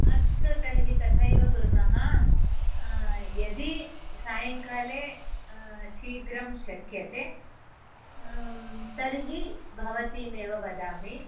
अस्तु तर्हि तथैव कुर्मः यदि सायङ्काले शीघ्रं शक्यते तर्हि भवतीमेव वदामि